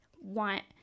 want